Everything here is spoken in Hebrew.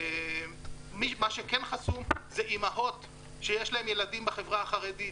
מי שכן חסום זה אימהות שיש להן ילדים בחברה החרדית.